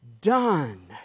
done